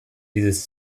dieses